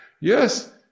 Yes